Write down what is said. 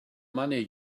money